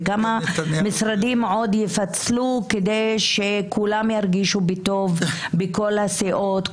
וכמה משרדים עוד יפצלו כדי שכולם ירגישו בטוב בכל הסיעות.